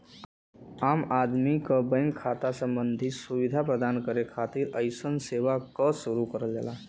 आम आदमी क बैंक सम्बन्धी सुविधा प्रदान करे खातिर अइसन सेवा क शुरू करल जाला